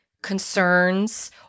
concerns